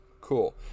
Cool